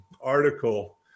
article